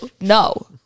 No